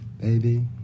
Baby